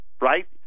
right